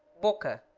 boca,